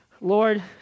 Lord